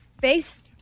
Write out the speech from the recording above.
face